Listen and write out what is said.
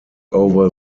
over